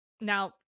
Now